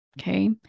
Okay